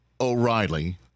O'Reilly